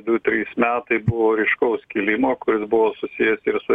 du trys metai buvo ryškaus kilimo kuris buvo susijęs ir su